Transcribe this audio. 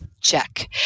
check